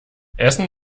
essen